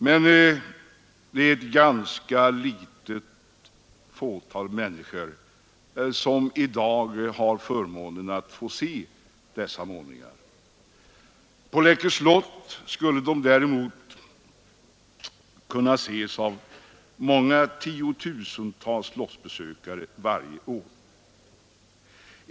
Men det är ett ganska litet antal människor som i dag har förmånen att få se dessa målningar. På Läckö slott däremot skulle de kunna ses av tiotusentals slottsbesökare varje år.